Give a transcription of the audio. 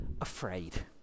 afraid